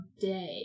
day